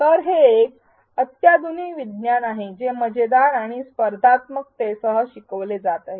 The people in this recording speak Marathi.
तर हे एक अत्याधुनिक विज्ञान आहे जे मजेदार आणि स्पर्धात्मकतेसह शिकवले जात आहे